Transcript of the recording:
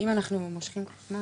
אם אנחנו מושכים את הזמן,